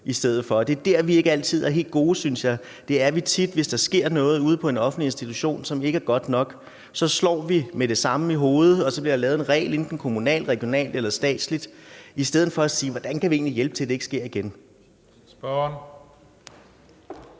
i stedet for. Der er vi ikke altid helt gode. Det er vi tit, hvis der sker noget ude på en offentlig institution, som ikke er godt nok. Så slår vi dem med det samme i hovedet, og så bliver der lavet en regel enten kommunalt, regionalt eller statsligt i stedet for at hjælpe med til, at det ikke sker igen. Kl.